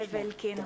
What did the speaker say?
אלקין.